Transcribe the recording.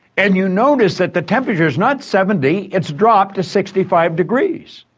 and you notice that the temperature's not seventy, it's dropped to sixty five degrees.